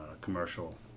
commercial